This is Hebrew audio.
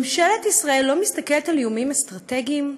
ממשלת ישראל לא מסתכלת על איומים אסטרטגיים?